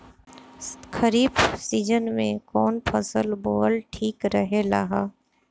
खरीफ़ season में कौन फसल बोअल ठिक रहेला ह?